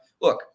look